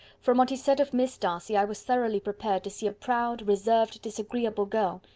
from but he said of miss darcy i was thoroughly prepared to see a proud, reserved, disagreeable girl.